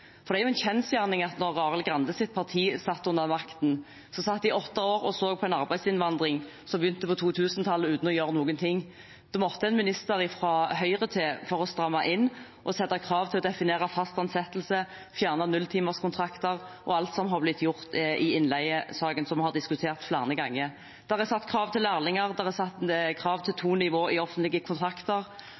Det er en kjensgjerning at da Arild Grandes parti satt med makten, satt de i åtte år og så på en arbeidsinnvandring som begynte på 2000-tallet, uten å gjøre noen ting. Det måtte en minister fra Høyre til for å stramme inn og sette krav til å definere fast ansettelse, fjerne nulltimerskontrakter og alt som har blitt gjort i innleiesaken, som vi har diskutert flere ganger. Det er satt krav til lærlinger, det er satt krav til to nivåer i offentlige kontrakter,